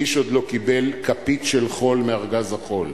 איש עוד לא קיבל כפית של חול מארגז החול,